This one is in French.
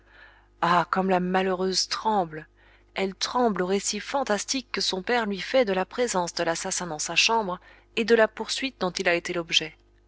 ah comme la malheureuse tremble elle tremble au récit fantastique que son père lui fait de la présence de l'assassin dans sa chambre et de la poursuite dont il a été l'objet